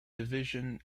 division